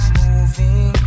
moving